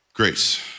Grace